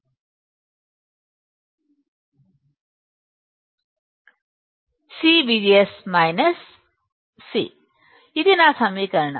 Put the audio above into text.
CVGS - C ఇది నా సమీకరణం